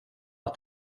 att